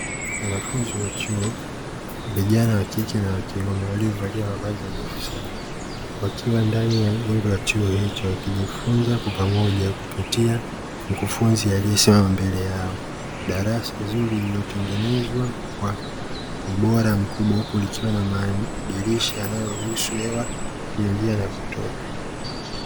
Wanafunzi wa chuo vijana wa kike na wa kiume waliovalia mavazi nadhifu sana, wakiwa ndani ya jengo la chuo hicho, wakijifunza kwa pamoja kupitia mkufunzi aliyesimama mbele yao. Darasa zuri lililotengenezwa kwa ubora mkubwa, huku likiwa na madirisha yanayoruhusu hewa kuingia na kutoka.